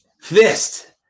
fist